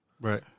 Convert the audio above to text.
Right